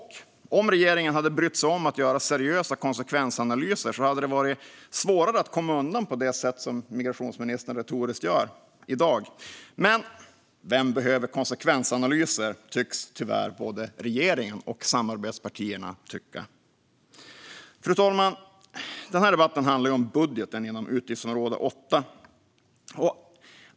Om regeringen hade brytt sig om att göra seriösa konsekvensanalyser hade det varit svårare att komma undan på det sätt som migrationsministern retoriskt gör i dag. Men vem behöver konsekvensanalyser? Så tycks tyvärr både regeringen och samarbetspartierna tänka. Fru talman! Den här debatten handlar ju om budgeten inom utgiftsområde 8.